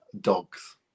dogs